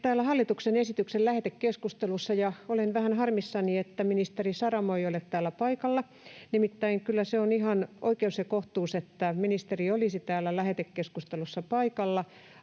hallituksen esityksen lähetekeskustelussa, ja olen vähän harmissani, että ministeri Saramo ei ole täällä paikalla. Nimittäin kyllä se on ihan oikeus ja kohtuus, että ministeri olisi täällä lähetekeskustelussa paikalla